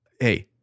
Hey